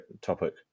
topic